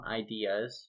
ideas